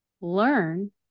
learn